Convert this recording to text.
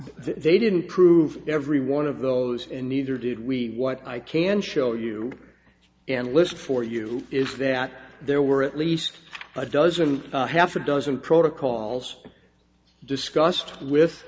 they didn't prove every one of those and neither did we what i can show you and list for you is that there were at least a dozen half a dozen protocols discussed with